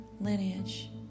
lineage